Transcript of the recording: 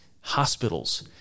hospitals